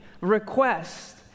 request